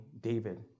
David